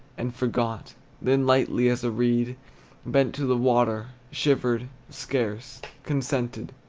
and forgot then lightly as a reed bent to the water, shivered scarce, consented,